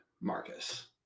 Marcus